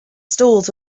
stalls